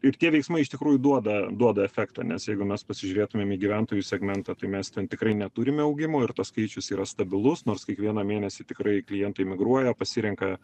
ir tie veiksmai iš tikrųjų duoda duoda efektą nes jeigu mes pasižiūrėtumėm į gyventojų segmentą tai mes ten tikrai neturime augimų ir tas skaičius yra stabilus nors kiekvieną mėnesį tikrai klientai migruoja pasirenka